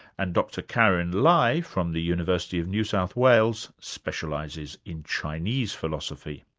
and dr karyn lai, from the university of new south wales, specialises in chinese philosophy.